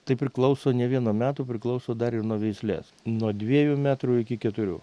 tai priklauso ne vien nuo metų priklauso dar ir nuo veislės nuo dviejų metrų iki keturių